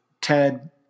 Ted